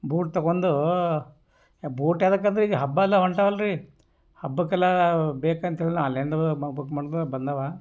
boot ತಗೊಂಡು boot ಎದಕ್ಕೆಂದ್ರೆ ಈಗ ಹಬ್ಬ ಎಲ್ಲ ಹೊಂಟವಲ್ರೀ ಹಬ್ಬಕ್ಕೆಲ್ಲ ಬೇಕಂಥೇಳಿ ನಾವು ಆನ್ಲೈನ್ದಾಗ ಬುಕ್ ಮಾಡಿದ್ದೋ ಬಂದಾವ